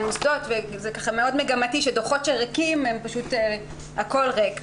זה מאוד מגמתי שאם הדוחות ריקים, הכול ריק.